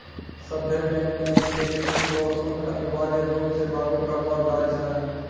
सभ्भे बैंक मे चेकबुक रो शुल्क अनिवार्य रूप से लागू करलो जाय छै